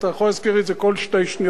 אתה יכול להזכיר לי את זה גם כל שתי שניות,